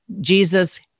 Jesus